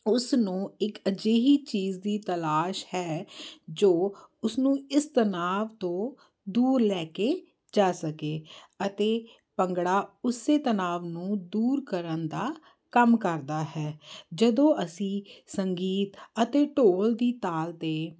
ਉਸ ਨੂੰ ਇੱਕ ਅਜਿਹੀ ਚੀਜ਼ ਦੀ ਤਲਾਸ਼ ਹੈ ਜੋ ਉਸਨੂੰ ਇਸ ਤਨਾਵ ਤੋਂ ਦੂਰ ਲੈ ਕੇ ਜਾ ਸਕੇ ਅਤੇ ਭੰਗੜਾ ਉਸ ਤਨਾਵ ਨੂੰ ਦੂਰ ਕਰਨ ਦਾ ਕੰਮ ਕਰਦਾ ਹੈ ਜਦੋਂ ਅਸੀਂ ਸੰਗੀਤ ਅਤੇ ਢੋਲ ਦੀ ਤਾਲ 'ਤੇ